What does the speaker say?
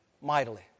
mightily